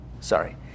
sorry